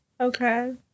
Okay